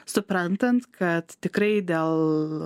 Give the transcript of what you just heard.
suprantant kad tikrai dėl